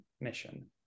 mission